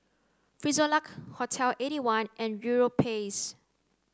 Frisolac Hotel eighty one and Europace